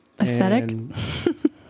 Aesthetic